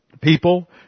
people